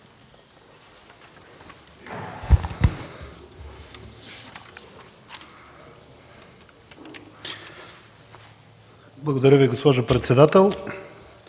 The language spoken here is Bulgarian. Благодаря, госпожо председател.